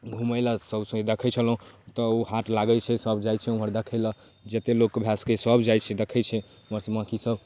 घुमैलए सौँसे देखै छलहुँ कतऽ ओ हाट लागै छै सभ जाइ छै ओम्हर देखैलए जतेक लोकके भऽ सकै छै सभ जाइ छै देखै छै ओहिमहक अथीसब